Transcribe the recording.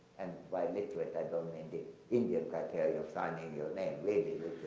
and by literate i don't mean the indian criteria of signing your name really